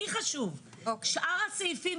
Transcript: שאר הסעיפים,